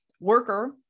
worker